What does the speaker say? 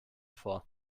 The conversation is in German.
vor